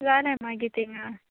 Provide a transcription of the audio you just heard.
जालें मागी थिंगां